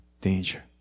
danger